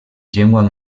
llengua